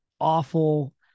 awful